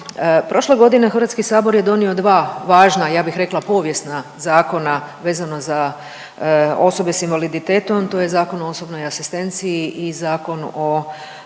Prošle godine HS je donio dva važna ja bih rekla povijesna zakona vezano za osobe s invaliditetom, to je Zakon o osobnoj asistenciji i Zakon o